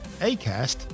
Acast